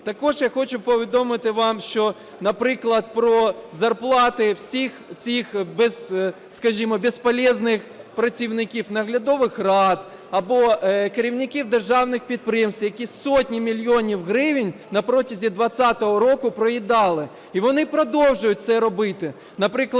Також я хочу повідомити вам, що, наприклад, про зарплати всіх цих, скажімо, бесполезных працівників наглядових рад або керівників державних підприємств, які сотні мільйонів гривень на протязі 20-го року проїдали. І вони продовжують це робити.